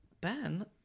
Ben